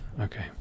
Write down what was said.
Okay